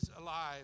alive